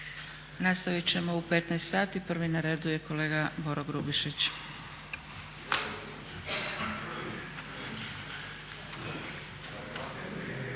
Nastavit ćemo u 15,00 sati. Prvi na redu je kolega Boro Grubišić.